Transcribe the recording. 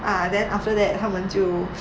ah then after that 他们就